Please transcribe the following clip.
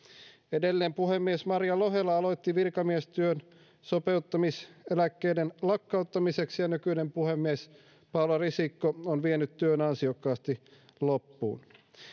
edellinen puhemies maria lohela aloitti virkamiestyön sopeutumiseläkkeiden lakkauttamiseksi ja nykyinen puhemies paula risikko on vienyt työn ansiokkaasti loppuun